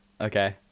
Okay